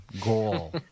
goal